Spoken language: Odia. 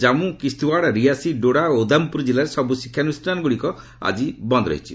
ଜନ୍ମୁ କିସ୍ତିଓ୍ୱାଡ଼୍ ରିଆସି ଡୋଡା ଓ ଉଦ୍ଧାମପୁର ଜିଲ୍ଲାରେ ସବୁ ଶିକ୍ଷାନୁଷ୍ଠାନଗୁଡ଼ିକ ଆଜି ବନ୍ଦ୍ ରହିଛି